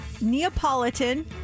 Neapolitan